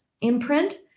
imprint